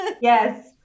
Yes